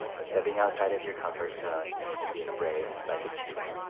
but stepping outside of your comfort zone and being brave like a cheetah.